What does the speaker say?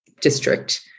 district